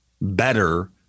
better